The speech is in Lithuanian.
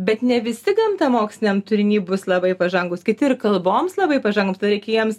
bet ne visi gamtamoksliam turiny bus labai pažangūs kiti ir kalboms labai pažangūs tada reikia jiems